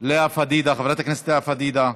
לאה פדידה, חברת הכנסת לאה פדידה,